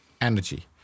energy